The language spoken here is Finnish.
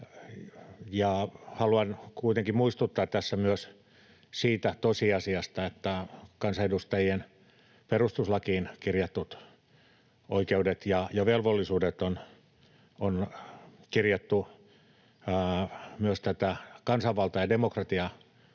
haluan kuitenkin muistuttaa tässä myös siitä tosiasiasta, että kansanedustajien perustuslakiin kirjatut oikeudet ja velvollisuudet on kirjattu myös tätä kansanvalta- ja demokratiakulmaa